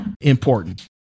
important